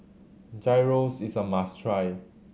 gyros is a must try